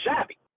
shabby